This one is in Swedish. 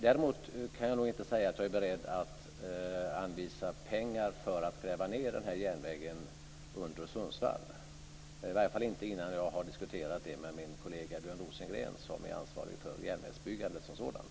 Däremot kan jag inte säga att jag är beredd att anvisa pengar för att gräva ned järnvägen under Sundsvall, i varje fall inte innan jag har diskuterat det med min kollega Björn Rosengren som är ansvarig för järnvägsbyggandet som sådant.